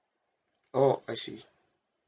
oh I see